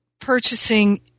purchasing